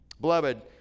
Beloved